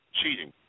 Cheating